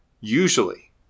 usually